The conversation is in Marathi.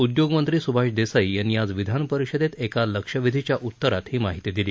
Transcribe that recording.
उद्योगमंत्री सुभाष देसाई यांनी आज विधानपरिषदेत एका लक्षवेधीच्या उत्तरात ही माहिती दिली